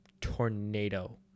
tornado